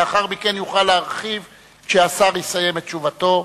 לאחר מכן, כשהשר יסיים את תשובתו,